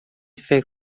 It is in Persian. فکر